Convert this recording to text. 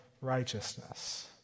righteousness